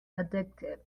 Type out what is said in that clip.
addictive